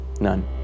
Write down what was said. None